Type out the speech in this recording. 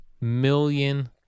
million